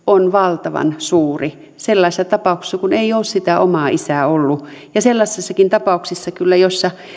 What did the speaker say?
on valtavan suuri sellaisessa tapauksessa kun ei ole sitä omaa isää ollut ja sellaisessakin tapauksessa kyllä jossa